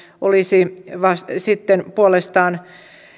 olisi puolestaan